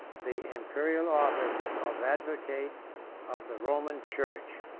the imperial office of advocate of the roman church.